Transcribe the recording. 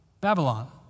Babylon